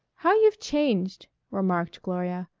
how you've changed! remarked gloria.